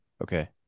Okay